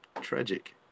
tragic